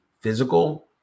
physical